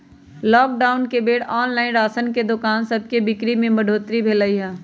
lockdown के बेर online ration के दोकान सभके बिक्री में बढ़ोतरी भेल हइ